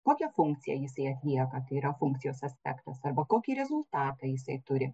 kokią funkciją jisai atlieka tai yra funkcijos aspektas arba kokį rezultatą jisai turi